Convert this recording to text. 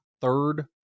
third